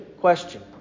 Question